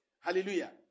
Hallelujah